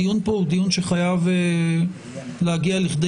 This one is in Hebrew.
הדיון כאן הוא דיון שחייב להגיע לכי